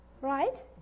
right